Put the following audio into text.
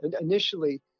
Initially